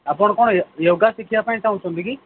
ଆପଣ କ'ଣ ୟୋଗା ଶିଖିବା ପାଇଁ ଚାହୁଁଛନ୍ତି କି